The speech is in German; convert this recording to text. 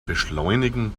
beschleunigen